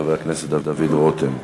חבר הכנסת דוד רותם.